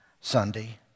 Sunday